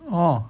oh